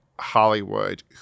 Hollywood